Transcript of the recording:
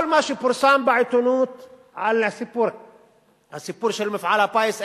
כל מה שפורסם בעיתונות על הסיפור של מפעל הפיס,